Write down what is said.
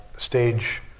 Stage